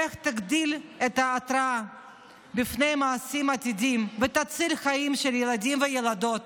אך היא תגדיל את ההתראה בפני מעשים עתידיים ותציל חיים של ילדים וילדות